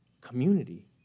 Community